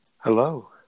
Hello